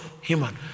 human